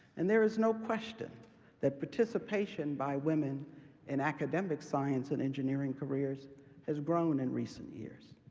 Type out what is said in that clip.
and there is no question that participation by women in academic science and engineering careers has grown in recent years.